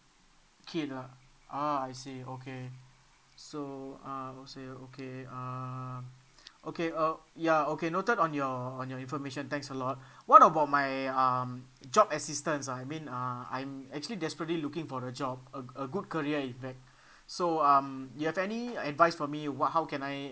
kid lah ah I see okay so uh okay um okay uh ya okay noted on your on your information thanks a lot what about my um job assistance ah I mean uh I'm actually desperately looking for a job a a good career in fact so um you have any advice for me what how can I